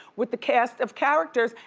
with the cast of characters,